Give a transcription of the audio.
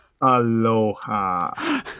Aloha